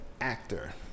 actor